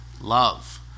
love